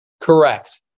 Correct